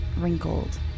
wrinkled